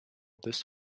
this